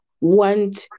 want